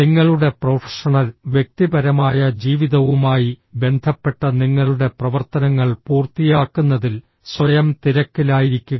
നിങ്ങളുടെ പ്രൊഫഷണൽ വ്യക്തിപരമായ ജീവിതവുമായി ബന്ധപ്പെട്ട നിങ്ങളുടെ പ്രവർത്തനങ്ങൾ പൂർത്തിയാക്കുന്നതിൽ സ്വയം തിരക്കിലായിരിക്കുക